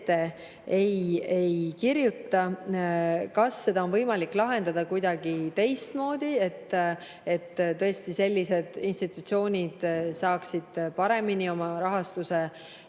ette ei kirjuta. Kas seda on võimalik lahendada kuidagi teistmoodi, et tõesti sellised institutsioonid saaksid paremini oma rahastuse